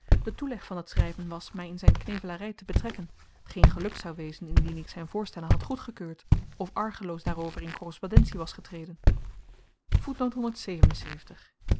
de toeleg van dat schryven was my in z'n knevelary te betrekken tgeen gelukt zou wezen indien ik z'n voorstellen had goedgekeurd of argeloos daarover in korrespondentie was getreden